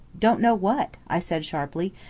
don't know what? i said sharply,